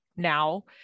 Now